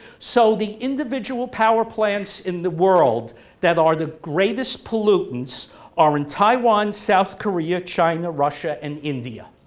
so, the individual power plants in the world that are the greatest pollutants are in taiwan, south korea, china, russia, and india,